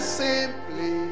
simply